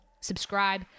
Subscribe